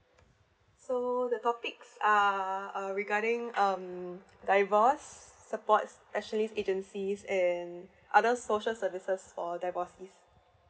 so the topics uh a regarding um divorce support specialize agency and other social services for divorcee